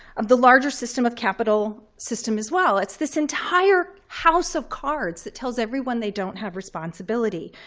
of the larger system of capital system as well. it's this entire house of cards that tells everyone they don't have responsibility.